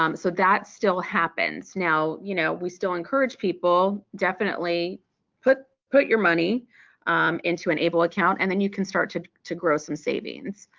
um so that still happens. now you know we still encourage people definitely put put your money into an able account and then you can start to to grow some savings,